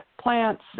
plants